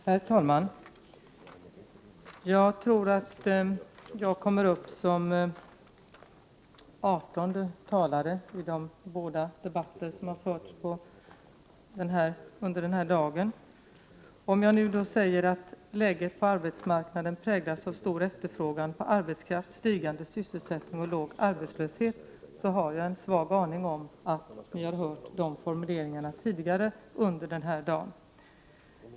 Herr talman! Jag tror att jag är den artonde talaren i dagens arbetsmarknadspolitiska debatt. Och om jag nu säger att läget på arbetsmarknaden präglas av stor efterfrågan på arbetskraft, av stigande sysselsättning och av låg arbetslöshet har jag en svag aning om att kammarens ledamöter har hört dessa formuleringar tidigare under dagen.